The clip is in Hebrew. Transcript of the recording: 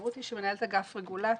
ורותי שמנהלת את אגף רגולציה.